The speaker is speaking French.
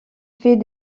fait